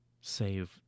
save